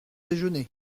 déjeuner